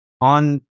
on